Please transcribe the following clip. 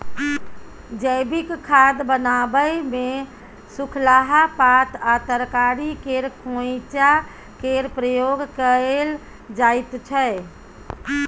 जैबिक खाद बनाबै मे सुखलाहा पात आ तरकारी केर खोंइचा केर प्रयोग कएल जाइत छै